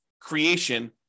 creation